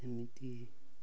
ଏମିତି